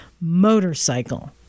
motorcycle